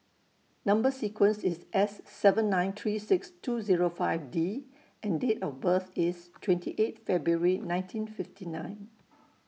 Number sequence IS S seven nine three six two Zero five D and Date of birth IS twenty eight February nineteen fifty nine